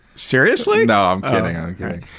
seriously? no, i'm kidding.